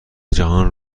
جهان